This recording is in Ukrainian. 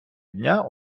дня